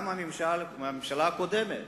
גם הממשלה הקודמת,